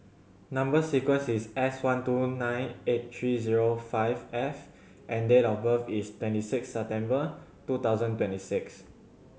number sequence is S one two nine eight three zero five F and date of birth is twenty six September two thousand twenty six